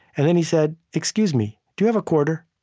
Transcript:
and then he said, excuse me, do you have a quarter?